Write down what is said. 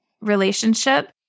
relationship